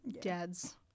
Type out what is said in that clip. Dad's